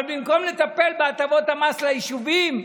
אבל במקום לטפל בהטבות המס ליישובים,